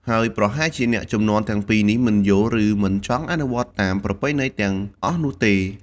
ហើយប្រហែលជាអ្នកជំនាន់ទាំងពីរនេះមិនយល់ ឬមិនចង់អនុវត្តតាមប្រពៃណីទាំងអស់នោះទេ។